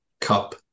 cup